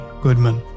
Goodman